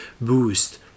boost